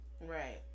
right